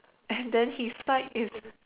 and then he side is